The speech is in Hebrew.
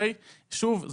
שוב,